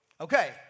Okay